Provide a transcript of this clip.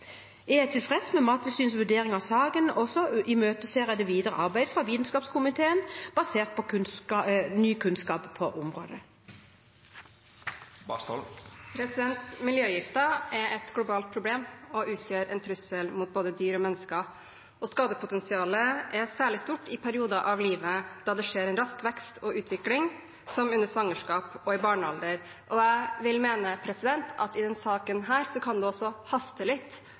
Jeg er tilfreds med Mattilsynets vurdering av saken, og jeg imøteser det videre arbeidet i Vitenskapskomiteen, basert på ny kunnskap på området. Miljøgifter er et globalt problem og utgjør en trussel mot både dyr og mennesker, og skadepotensialet er særlig stort i perioder av livet da det skjer en rask vekst og utvikling, som under svangerskap og i barnealder. Jeg vil mene at det i denne saken også kan haste litt